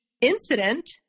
incident